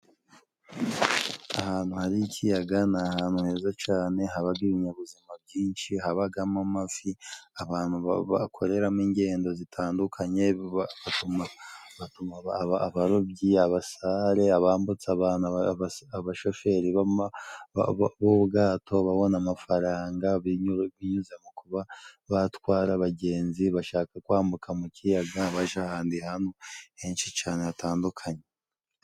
Ahantu hari ikiyaga ni ahantu heza cane habaga ibinyabuzima byinshi habagamo amafi ,abantu bakoreramo ingendo zitandukanye abarobyi ,abasare, abambutsa abantu ,abashoferi b'ubwato babona amafaranga binyuze mu kuba batwara abagenzi bashaka kwambuka mu kiyaga baja ahandi hantu henshi cane hatandukanye.